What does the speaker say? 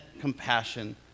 compassion